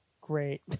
Great